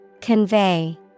Convey